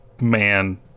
man